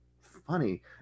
funny